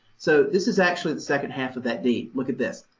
so this is actually the second half of that deed. look at this.